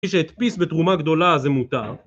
כפי שהדפיס בתרומה גדולה זה מותר